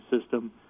system